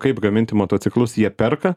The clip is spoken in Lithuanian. kaip gaminti motociklus jie perka